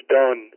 done